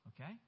okay